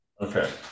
Okay